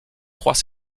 trois